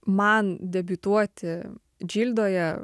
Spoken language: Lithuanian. man debiutuoti džildoje